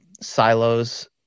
silos